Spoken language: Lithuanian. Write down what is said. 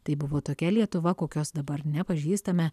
tai buvo tokia lietuva kokios dabar nepažįstame